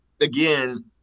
again